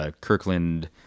Kirkland